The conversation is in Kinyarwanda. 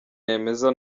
nemeza